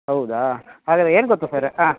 ಹೌದಾ ಹಾಗಾದರೆ ಏನು ಗೊತ್ತಾ ಸರ್ ಹಾಂ